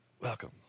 welcome